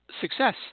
success